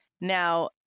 Now